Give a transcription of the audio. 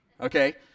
okay